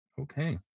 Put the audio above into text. Okay